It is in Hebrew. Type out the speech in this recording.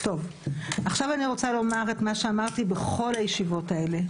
עכשיו אני רוצה לומר את מה שאמרתי בכל הישיבות האלה,